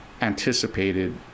anticipated